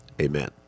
Amen